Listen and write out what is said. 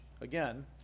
again